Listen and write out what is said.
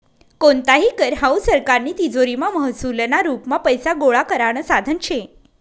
कोणताही कर हावू सरकारनी तिजोरीमा महसूलना रुपमा पैसा गोळा करानं साधन शे